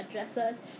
orh okay